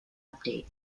update